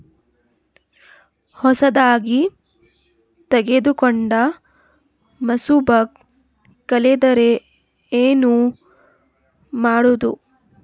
ಹೊಸದಾಗಿ ತೆಗೆದುಕೊಂಡ ಪಾಸ್ಬುಕ್ ಕಳೆದರೆ ಏನು ಮಾಡೋದು?